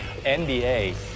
NBA